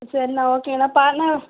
சரிண்ணா ஓகேங்கண்ணா அண்ணா